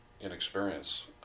inexperience